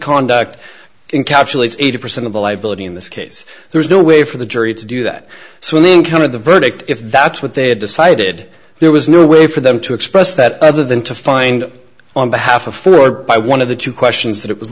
calculates eighty percent of the liability in this case there's no way for the jury to do that so an income of the verdict if that's what they had decided there was no way for them to express that other than to find on behalf of floor by one of the two questions that it was